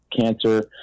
cancer